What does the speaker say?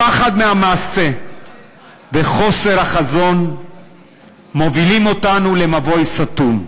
הפחד מהמעשה וחוסר החזון מובילים אותנו למבוי סתום.